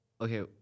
okay